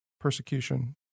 Persecution